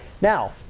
Now